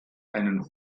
einen